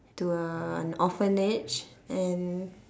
to a an orphanage and